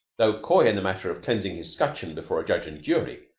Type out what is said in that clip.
tho coy in the matter of cleansing his scutcheon before a judge and jury,